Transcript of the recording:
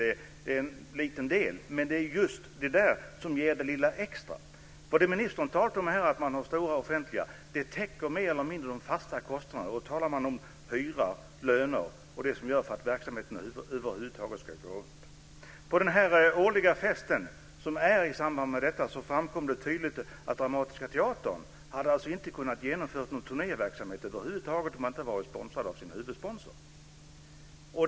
Det är en liten del, men det är just den del som ger det lilla extra. Det som ministern talade om här - det stora offentliga - täcker mer eller mindre de fasta kostnaderna. Då talar man om hyra, löner och det som görs för att verksamheten över huvud taget ska gå runt. På den årliga festen som hålls i samband med detta framkom det tydligt att Dramatiska teatern inte hade kunnat genomföra någon turnéverksamhet över huvud taget om man inte hade varit sponsrad av sin huvudsponsor.